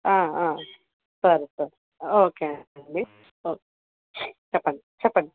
సరే సరే ఓకే అండి ఓ చెప్పండి చెప్పండి